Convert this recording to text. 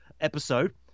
episode